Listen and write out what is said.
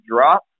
drop